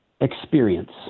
experience